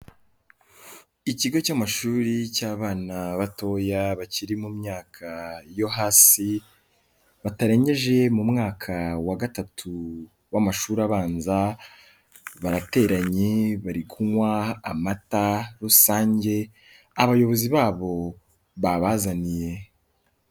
Ikigo cy'amashuri cy'abana batoya bakiri mu myaka yo hasi, batarengeje mu mwaka wa gatatu w'amashuri abanza, barateranye bari kunywa amata rusange, abayobozi babo babazaniye.